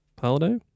holiday